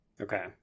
okay